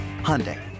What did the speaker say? Hyundai